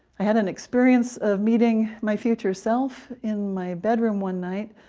i had an experience of meeting my future self in my bedroom one night.